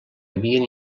havien